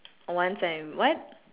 once I'm what